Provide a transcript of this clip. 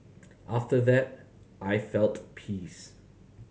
after that I felt peace